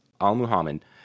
al-Muhammad